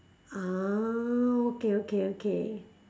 ah okay okay okay